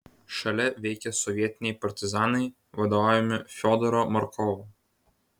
šalia veikia sovietiniai partizanai vadovaujami fiodoro markovo